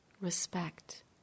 respect